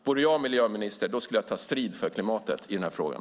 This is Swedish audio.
Vore jag miljöminister skulle jag ta strid för klimatet i den här frågan.